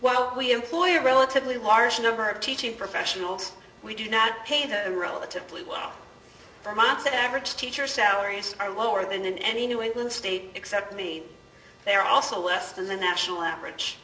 while we employ a relatively large number of teaching professionals we do not pay the relatively well for months ever teacher salaries are lower than in any new england state except me they are also less than the national average